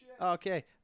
okay